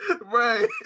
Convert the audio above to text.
Right